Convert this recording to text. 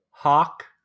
Hawk